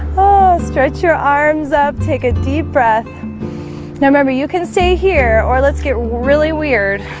oh stretch your arms up take a deep breath now remember you can stay here or let's get really weird